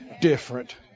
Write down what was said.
different